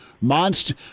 monster